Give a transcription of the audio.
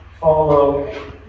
follow